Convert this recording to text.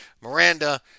Miranda